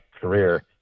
career